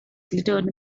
glittered